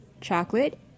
Chocolate